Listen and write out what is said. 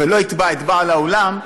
ולא יתבע את בעל האולם,